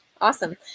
Awesome